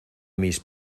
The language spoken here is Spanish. mis